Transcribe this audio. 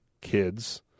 kids